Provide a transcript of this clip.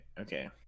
okay